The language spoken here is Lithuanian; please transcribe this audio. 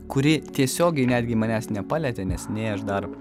kuri tiesiogiai netgi manęs nepalietė nes nei aš dar